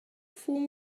form